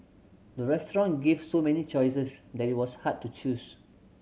the restaurant gave so many choices that it was hard to choose